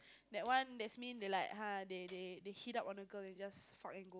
that one that's mean they like they they they hit up on a girl and just fuck and go